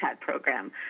program